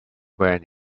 when